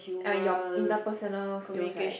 uh your interpersonal skills right